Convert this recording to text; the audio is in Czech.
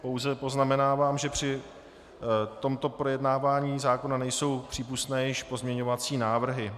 Pouze poznamenávám, že při tomto projednávání zákona nejsou již přípustné pozměňovací návrhy.